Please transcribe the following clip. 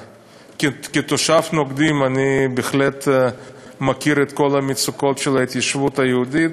וכתושב נוקדים אני בהחלט מכיר את כל המצוקות של ההתיישבות היהודית,